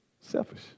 Selfish